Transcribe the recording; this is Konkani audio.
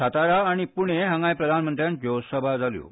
सातारा आनी पुणें हांगाय प्रधानमंत्र्याच्यो सभा जाल्यो